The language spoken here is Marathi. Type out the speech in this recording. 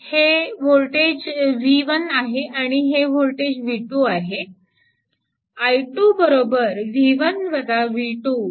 हे वोल्टेज v 1 आहे आणि हे वोल्टेज v 2 आहे